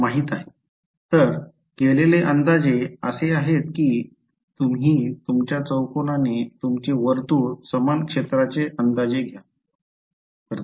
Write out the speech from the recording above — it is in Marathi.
तर केलेले अंदाजे असे आहेत कि तुम्ही तुमच्या चौकोनाने तुमचे वर्तुळ सामान क्षेत्राने अंदाजे घ्या